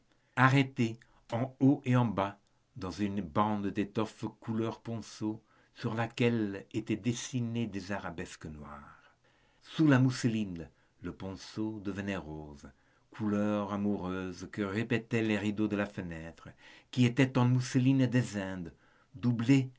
arrêtés en haut et en bas dans une bande d'étoffe couleur ponceau sur laquelle étaient dessinées des arabesques noires sous la mousseline le ponceau devenait rose couleur amoureuse que répétaient les rideaux de la fenêtre qui étaient en mousseline des indes doublée